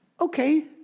Okay